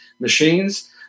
machines